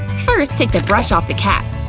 first take the brush off the cap.